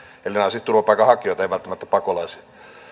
eli nämä ovat siis turvapaikanhakijoita eivät välttämättä pakolaisia